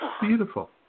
Beautiful